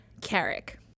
Carrick